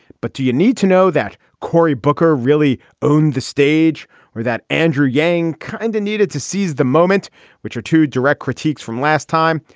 but do you need to know that corey booker really own the stage or that andrew yang kinda kind of needed to seize the moment which are to direct critiques from last time.